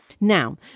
Now